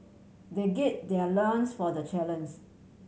they their loins for the challens